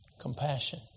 compassion